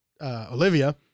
Olivia